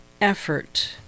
effort